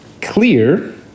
Clear